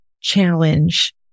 challenge